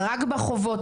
רק בחובות,